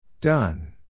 Done